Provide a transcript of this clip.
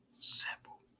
simple